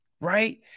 right